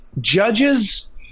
judges